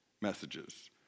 messages